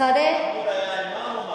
מחמוד היה אימאם?